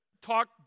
talk